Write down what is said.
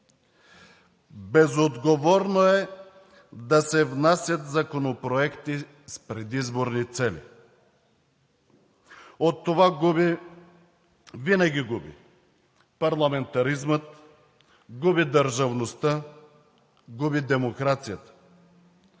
Безотговорно е да се внасят законопроекти с предизборни цели. От това губи – винаги губи парламентаризмът, губи държавността, губи демокрацията,